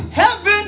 heaven